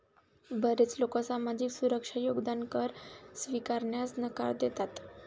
बरेच लोक सामाजिक सुरक्षा योगदान कर स्वीकारण्यास नकार देतात